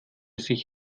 sich